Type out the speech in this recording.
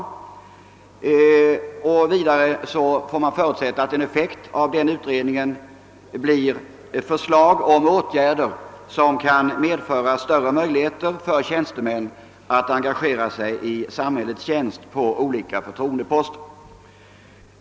Man kan förutsätta att en effekt av denna utredning blir förslag om åtgärder som kan medföra större möjligheter för tjänstemän att engagera sig i samhällets tjänst på olika förtroendeposter.